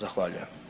Zahvaljujem.